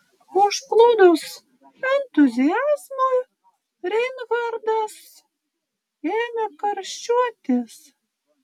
užplūdus entuziazmui reinhartas ėmė karščiuotis